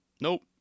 Nope